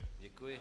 Děkuji.